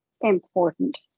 important